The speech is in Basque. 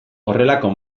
horrelako